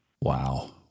Wow